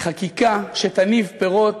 לחקיקה שתניב פירות,